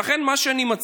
ולכן אני מציע,